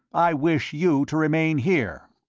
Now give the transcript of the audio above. i wish you to remain here.